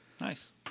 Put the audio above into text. Nice